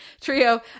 trio